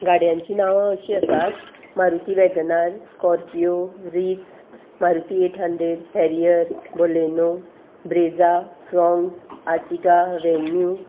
गाड्यांची नांवां अशीं आसात Maruti Wagon R Scorpio Ritz Maruti eight hundred Harrier Baleno Brezza Fronx Ertiga venue